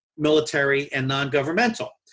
military and non-governmental.